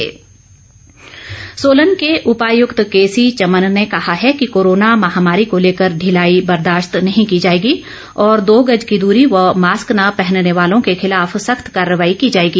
निरीक्षण सोलन के उपायुक्त केसी चमन ने कहा है कि कोरोना महामारी को लेकर ढिलाई बर्दाश्त नहीं की जाएगी और दो गज को दूरी व मास्क न पहनने वालों के खिलाफ सख्त कार्रवाई की जाएगी